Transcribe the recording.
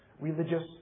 religious